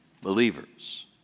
believers